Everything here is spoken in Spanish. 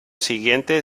siguiente